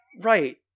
Right